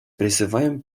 призываем